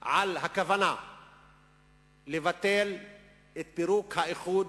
על הכוונה לבטל את פירוק האיחוד.